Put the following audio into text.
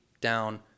down